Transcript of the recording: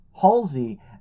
Halsey